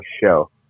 show